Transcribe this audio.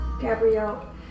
Gabrielle